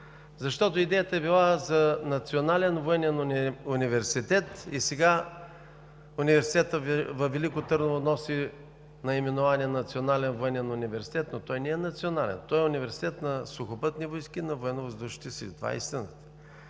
защото идеята е била за Национален военен университет. Сега университетът във Велико Търново носи наименование „Национален военен университет“, но той не е национален. Той е Университет на Сухопътни войски, на Военновъздушните сили – това е истината,